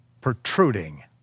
protruding